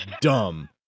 dumb